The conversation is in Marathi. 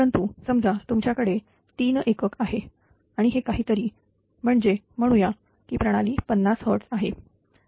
परंतु समजा तुमच्याकडे 3 एकक आहे आणि हे काहीतरी म्हणजे म्हणूया ही प्रणाली50 Hz आहे